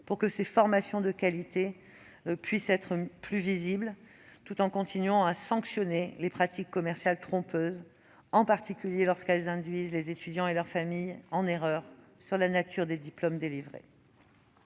visibles les formations de qualité, tout en continuant de sanctionner les pratiques commerciales trompeuses, en particulier lorsqu'elles induisent les étudiants et leurs familles en erreur sur la nature des diplômes délivrés.